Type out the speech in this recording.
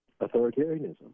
authoritarianism